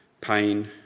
pain